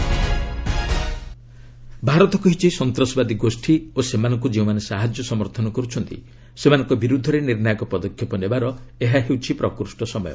India UNHRC Bharat କହିଛି ସନ୍ତାସବାଦୀ ଗୋଷୀ ଓ ସେମାନଙ୍କୁ ଯେଉଁମାନେ ସାହାଯ୍ୟ ସମର୍ଥନ କରୁଛନ୍ତି ସେମାନଙ୍କ ବିରୁଦ୍ଧରେ ନିର୍ଣ୍ଣାୟକ ପଦକ୍ଷେପ ନେବାର ଏହା ହେଉଛି ପ୍ରକୃଷ୍ଟ ସମୟ